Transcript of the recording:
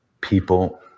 people